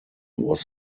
was